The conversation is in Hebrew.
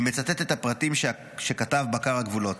אני מצטט את הפרטים שכתב בקר הגבולות: